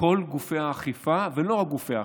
אז כל גופי האכיפה, ולא רק גופי האכיפה,